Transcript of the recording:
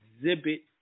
Exhibit